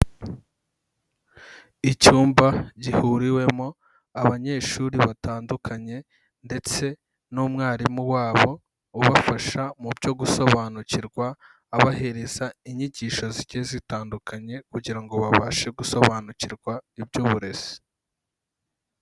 Icyumba gihuriwemo abanyeshuri batandukanye ndetse n'umwarimu wabo, ubafasha mu byo gusobanukirwa abahereza inyigisho zigiye zitandukanye kugira ngo babashe gusobanukirwa iby'uburezi.